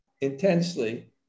intensely